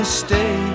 stay